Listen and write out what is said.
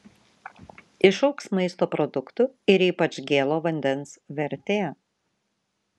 išaugs maisto produktų ir ypač gėlo vandens vertė